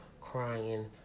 crying